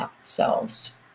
cells